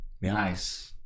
Nice